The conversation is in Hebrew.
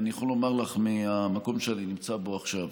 אני יכול לומר לך מהמקום שאני נמצא בו עכשיו,